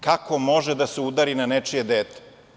Kako može da se udari na nečije dete?